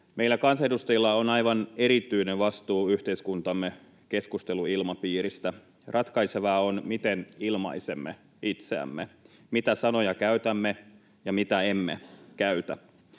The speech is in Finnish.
Meillä kansanedustajilla on aivan erityinen vastuu yhteiskuntamme keskusteluilmapiiristä. Ratkaisevaa on, miten ilmaisemme itseämme — mitä sanoja käytämme ja mitä emme käytä.